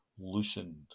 loosened